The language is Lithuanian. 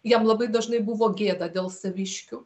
jam labai dažnai buvo gėda dėl saviškių